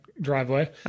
driveway